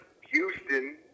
Houston